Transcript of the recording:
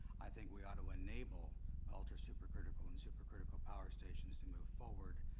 i think we ought to enable ultra-supercritical and supercritical power stations to move forward.